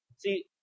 See